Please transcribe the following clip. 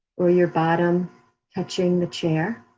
or your bottom touching the chair.